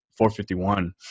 451